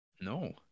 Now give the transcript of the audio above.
No